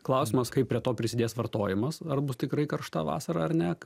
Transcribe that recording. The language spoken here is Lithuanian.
klausimas kaip prie to prisidės vartojimas ar bus tikrai karšta vasara ar ne